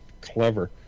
clever